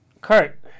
Kurt